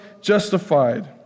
justified